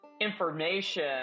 information